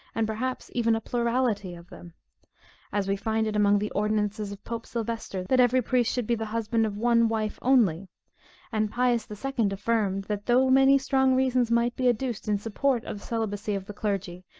and perhaps even a plurality of them as we find it among the ordonnances of pope sylvester, that every priest should be the husband of one wife only and pius the second affirmed, that though many strong reasons might be adduced in support of the celibacy of the clergy,